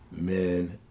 men